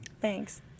Thanks